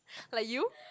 like you